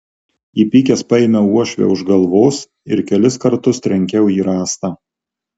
įpykęs paėmiau uošvę už galvos ir kelis kartus trenkiau į rąstą